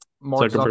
Mark